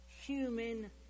human